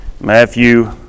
Matthew